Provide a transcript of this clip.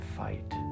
fight